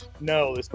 no